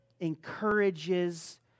encourages